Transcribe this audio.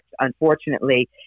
unfortunately